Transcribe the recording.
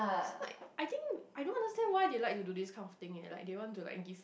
it's like I think I don't understand why they like to do this kind of thing eh like they want to like give